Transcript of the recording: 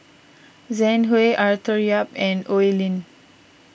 Zhang Hui Arthur Yap and Oi Lin